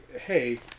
hey